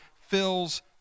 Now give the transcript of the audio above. fills